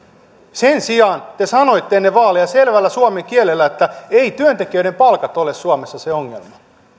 sen sijaan te sanoitte ennen vaaleja selvällä suomen kielellä että eivät työntekijöiden palkat ole suomessa se ongelma